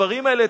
הדברים האלה,